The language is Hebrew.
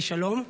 בשלום.